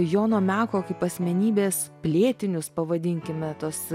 jono meko kaip asmenybės plėtinius pavadinkime tas